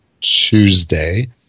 Tuesday